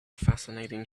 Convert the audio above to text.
fascinating